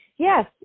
Yes